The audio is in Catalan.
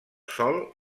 sol